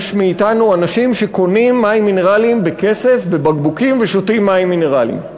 יש מאתנו אנשים שקונים בכסף מים מינרליים בבקבוקים ושותים מים מינרליים.